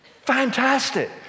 Fantastic